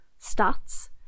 stats